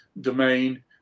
domain